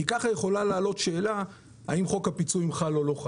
כך יכולה לעלות שאלה האם חוק הפיצויים חל או לא חל